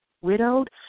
widowed